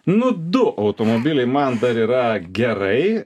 nu du automobiliai man dar yra gerai